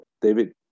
david